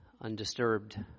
undisturbed